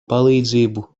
palīdzību